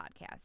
podcast